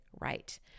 right